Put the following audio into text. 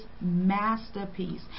masterpiece